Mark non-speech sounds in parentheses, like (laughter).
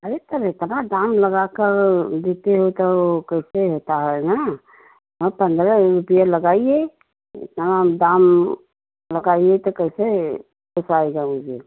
अरे सर इतना दाम लगा कर देते हो तो कैसे होता है ना (unintelligible) पंद्रह ही रुपये लगाइए इतना दाम लगाइए तो कैसे पोसाएगा मुझे